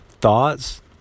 Thoughts